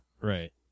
Right